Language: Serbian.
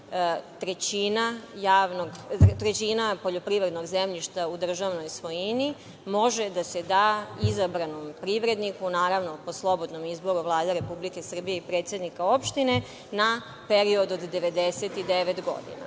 trećina poljoprivrednog zemljišta u državnoj svojini može da se da izabranom privredniku, naravno, po slobodnom izboru Vlade Republike Srbije i predsednika opštine, na period od 99 godina. Mi